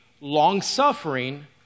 long-suffering